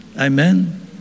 Amen